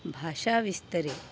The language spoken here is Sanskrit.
भाषाविस्तरे